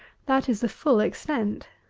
that is the full extent.